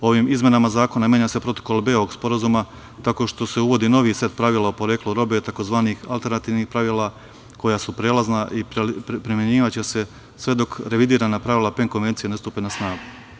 Ovim izmenama zakona menja se protokol B ovog sporazuma tako što se uvodi novi set pravila o poreklu robe tzv. alterantivnih pravila koja su prelazna i primenjivaće se sve dok revidirana pravila PEN konvencije ne stupe na snagu.